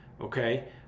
Okay